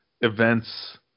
events